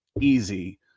easy